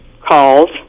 calls